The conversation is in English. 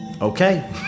Okay